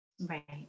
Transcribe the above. Right